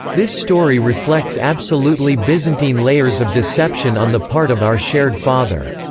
this story reflects absolutely byzantine layers of deception on the part of our shared father.